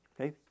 Okay